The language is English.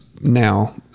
now